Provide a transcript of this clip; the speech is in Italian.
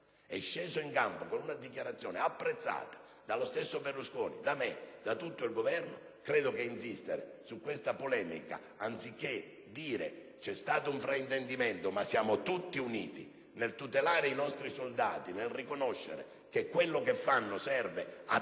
è sceso in campo con una dichiarazione apprezzata dallo stesso Berlusconi, da me e da tutto il Governo, insistere su tale polemica (anziché dire che, seppure vi è stato un fraintendimento, siamo tutti uniti nel tutelare i nostri soldati e nel riconoscere che quanto fanno serve a